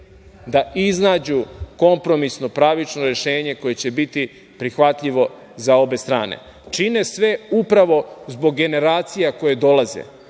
da iznađu kompromisno, pravično rešenje koje će biti prihvatljivo za obe strane. Čine sve upravo zbog generacija koje dolaze,